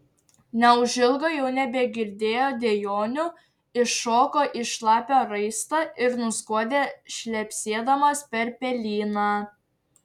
neužilgo jau nebegirdėjo dejonių iššoko į šlapią raistą ir nuskuodė šlepsėdamas per pelyną